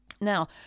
Now